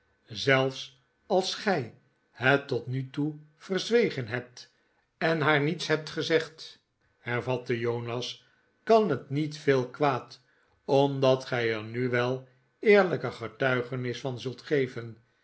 zelfs als gij het tot nu toe verzwegen hebt en haar niets hebt gezegd hervatte jonas kan het niet veel kwaad omdat gij er nu wel eerlijke getuigenis van zult geven